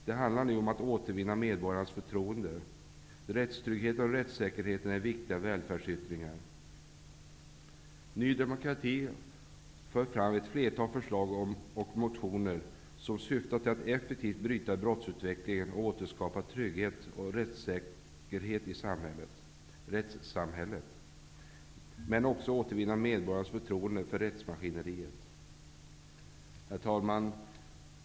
Det handlar nu om att återvinna medborgarnas förtroende. Rättstryggheten och rättssäkerheten är viktiga välfärdsyttringar. Ny demokrati för fram ett flertal förslag och motioner som syftar till att effektivt bryta brottsutvecklingen och återskapa trygghet och rättssäkerhet i vårt rättssamhälle, men också till att återvinna medborgarnas förtroende för rättsmaskineriet. Herr talman!